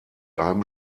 einem